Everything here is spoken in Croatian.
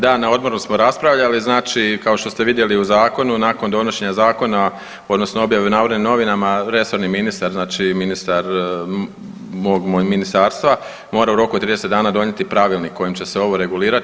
Da, na odboru smo raspravljali, znači kao što ste vidjeli u zakonu nakon donošenja zakona odnosno objave u Narodnim novinama resorni ministar znači ministar mog ministarstva mora u roku od 30 dana donijeti pravilnik kojim će se ovo regulirati.